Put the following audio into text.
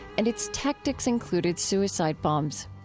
and its tactics included suicide bombs.